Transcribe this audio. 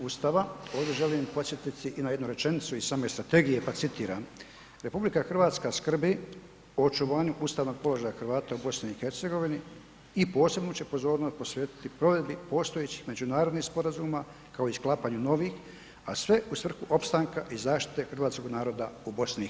Ustava ovdje želim podsjetiti i na jednu rečenicu iz same strategije pa citiram: RH skrbi o očuvanju ustavnog položaja Hrvata u BiH i posebnu će pozornost posvetiti provedbi postojećih međunarodnih sporazuma kao i sklapanju novih, a sve u svrhu opstanka i zaštite hrvatskog naroda u BiH.